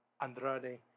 Andrade